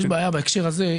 יש בעיה בהקשר הזה.